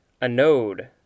Anode